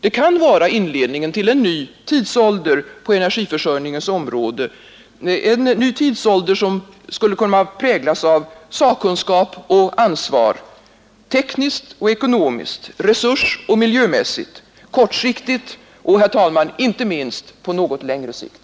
Det kan vara inledningen till en ny tidsålder på energiförsörjningens område, en ny tidsålder som skulle kunna präglas av kunskap och ansvar, tekniskt och ekonomiskt, resursoch miljömässigt, kortsiktigt och inte minst på något längre sikt.